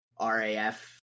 RAF